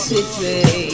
City